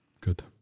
good